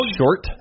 short